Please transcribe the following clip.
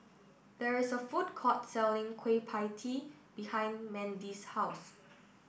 there is a food court selling Kueh Pie Tee behind Mandie's house